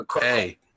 hey